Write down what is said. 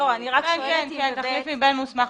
ב-(ב)